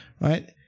right